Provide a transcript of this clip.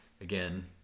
again